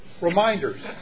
Reminders